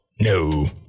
no